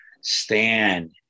stand